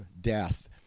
death